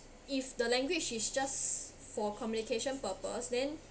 if the language is just for communication purpose then